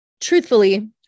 Truthfully